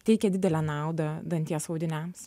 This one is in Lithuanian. teikia didelę naudą danties audiniams